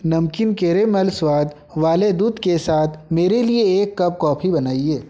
नमकीन कैरेमल स्वाद वाले दूध के साथ मेरे लिए एक कप कॉफी बनाइए